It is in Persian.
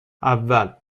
اول